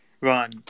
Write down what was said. run